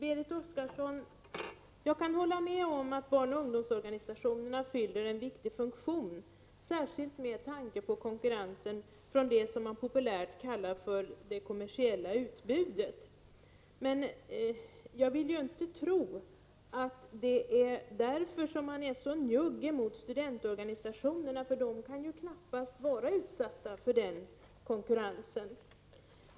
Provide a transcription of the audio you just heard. Fru talman! Jag kan hålla med Berit Oscarsson om att barnoch ungdomsorganisationerna fyller en viktig funktion, särskilt med tanke på konkurrensen från det som man populärt kallar för det kommersiella utbudet. Men jag vill inte tro att det är därför man är så njugg mot studentorganisationerna. De kan knappast vara utsatta för den konkurrensen.